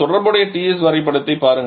தொடர்புடைய Ts வரைபடத்தைப் பாருங்கள்